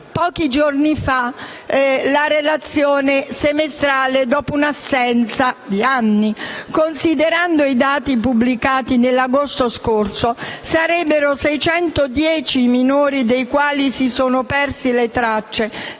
stata pubblicata la relazione semestrale, dopo un'assenza di anni. Considerando i dati pubblicati nell'agosto dello scorso anno, sarebbero 610 i minori dei quali si sono perse le tracce,